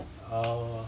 our